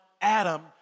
Adam